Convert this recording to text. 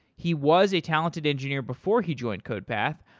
he was a talented engineer before he joined codepath,